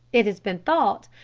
it has been thought,